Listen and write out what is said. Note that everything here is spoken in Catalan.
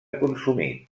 consumit